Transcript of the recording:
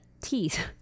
teeth